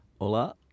Hola